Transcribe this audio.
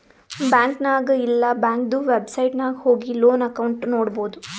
bank ನಾಗ್ ಇಲ್ಲಾ ಬ್ಯಾಂಕ್ದು ವೆಬ್ಸೈಟ್ ನಾಗ್ ಹೋಗಿ ಲೋನ್ ಅಕೌಂಟ್ ನೋಡ್ಬೋದು